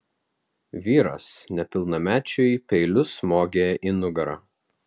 vyras nepilnamečiui peiliu smogė į nugarą